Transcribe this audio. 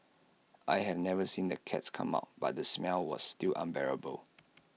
I have never seen the cats come out but the smell was still unbearable